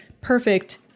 perfect